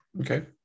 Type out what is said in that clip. Okay